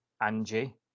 angie